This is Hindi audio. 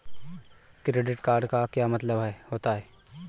क्रेडिट का मतलब क्या होता है?